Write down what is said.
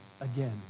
again